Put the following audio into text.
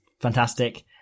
fantastic